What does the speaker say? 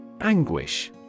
Anguish